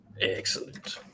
Excellent